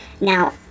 now